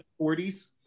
40s